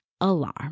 alarm